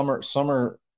summer –